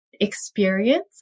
experience